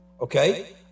Okay